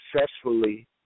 successfully